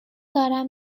دارم